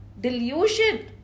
delusion